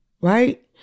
right